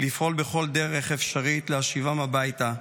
לפעול בכל דרך אפשרית להשיבם הביתה.